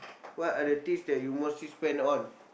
what are the things that you mostly spend on